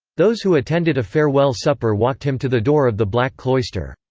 those who attended a farewell supper walked him to the door of the black cloister.